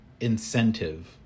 incentive